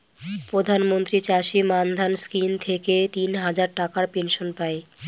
প্রধান মন্ত্রী চাষী মান্ধান স্কিম থেকে তিন হাজার টাকার পেনশন পাই